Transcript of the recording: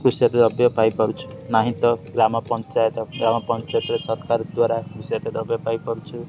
କୃଷି ଜାତୀୟ ଦ୍ରବ୍ୟ ପାଇପାରୁଛୁ ନାହିଁ ତ ଗ୍ରାମ ପଞ୍ଚାୟତ ଗ୍ରାମ ପଞ୍ଚାୟତରେ ସରକାର ଦ୍ୱାରା କୃଷି ଜାତୀୟ ଦବ୍ୟ ପାଇପାରୁଛୁ